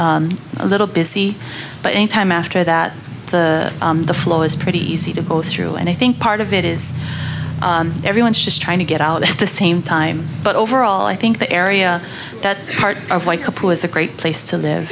a little busy but any time after that the the flow is pretty easy to go through and i think part of it is everyone's just trying to get out at the same time but overall i think the area that part of my cup was a great place to live